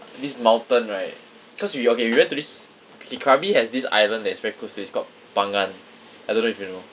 this mountain right cause we okay we went to this okay krabi has this island that is very close to it it's called phangan I don't know if you know